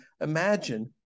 imagine